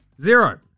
Zero